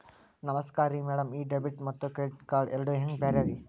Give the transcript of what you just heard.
ನಮಸ್ಕಾರ್ರಿ ಮ್ಯಾಡಂ ಈ ಡೆಬಿಟ ಮತ್ತ ಕ್ರೆಡಿಟ್ ಕಾರ್ಡ್ ಎರಡೂ ಹೆಂಗ ಬ್ಯಾರೆ ರಿ?